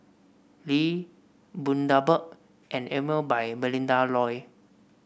Lee Bundaberg and Emel by Melinda Looi